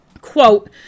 Quote